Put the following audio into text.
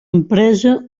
empresa